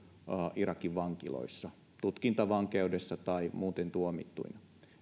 irakin vankiloissa tutkintavankeudessa tai muuten tuomittuina